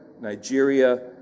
Nigeria